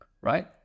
right